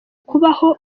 kubaho